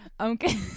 Okay